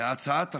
בהצעת החוק,